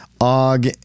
Og